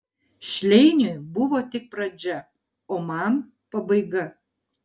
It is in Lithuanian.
šleiniui buvo tik pradžia o man pabaiga